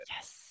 Yes